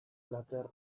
plater